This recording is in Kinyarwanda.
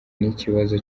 n’ikibazo